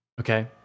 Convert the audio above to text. Okay